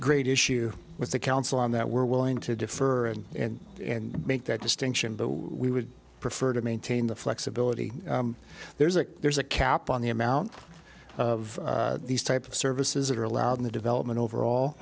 great issue with the council on that we're willing to defer and and make that distinction but we would prefer to maintain the flexibility there's a there's a cap on the amount of these type of services that are allowed in the development overall